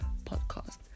podcast